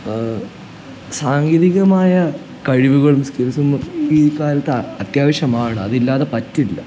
സാങ്കേതികമായ കഴിവുകളും സ്കിൽസും ഇക്കാലത്ത് അത്യാവശ്യമാണ് അതില്ലാതെ പറ്റില്ല